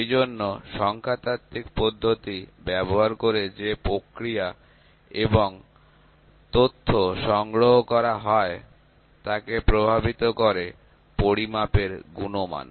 সেই জন্য সংখ্যাতাত্ত্বিক পদ্ধতি ব্যবহার করে যে প্রক্রিয়া এবং ডেটা সংগ্রহ করা হয় তাকে প্রভাবিত করে পরিমাপের গুণমান